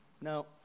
now